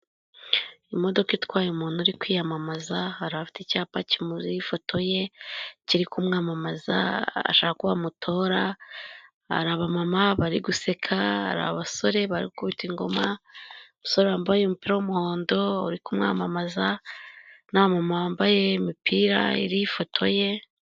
Imodoka itwaye umuntu uri kwiyamamaza, hari aba afite icyapa kimuriho ifoto ye kiri kumwamamaza, ashaka ko bamutora, hari abamama bari guseka, hari basore bari gukubita ingoma, umusore wambaye umupira w'umuhondo uri kumwamamaza n'abamama bambaye imipira iriho ifoto ye.